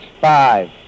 Five